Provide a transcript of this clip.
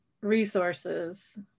resources